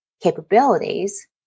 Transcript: capabilities